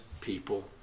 people